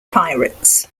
pirates